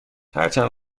هرچند